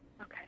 Okay